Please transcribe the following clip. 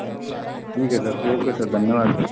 अच्छा ठीक है सर ओके सर धन्यवाद सर